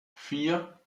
vier